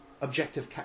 objective